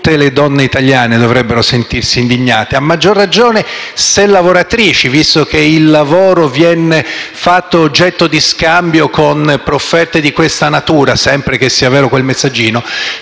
tutte le donne italiane dovrebbero sentirsi indignate, a maggior ragione se lavoratrici, visto che il lavoro viene fatto oggetto di scambio con profferte di questa natura - sempre che sia vero quel messaggino